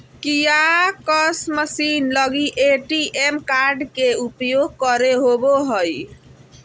kiosk machine लगी ATM card के उपयोग करे होबो हइ